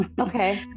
Okay